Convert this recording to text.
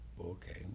Okay